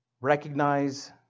Recognize